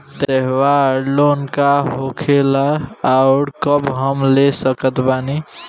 त्योहार लोन का होखेला आउर कब हम ले सकत बानी?